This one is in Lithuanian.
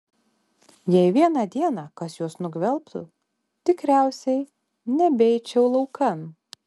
jei vieną dieną kas juos nugvelbtų tikriausiai nebeičiau laukan